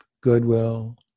goodwill